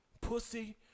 Pussy